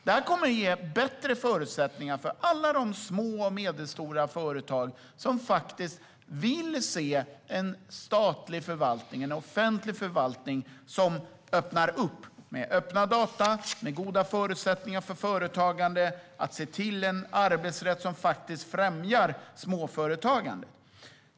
Det här kommer att ge bättre förutsättningar för alla de små och medelstora företag som vill se statlig och offentlig förvaltning öppnas - med öppna data, goda förutsättningar för företagande och en arbetsrätt som främjar småföretagandet.